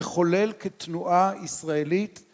חולל כתנועה ישראלית.